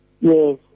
Yes